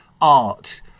art